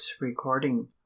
recording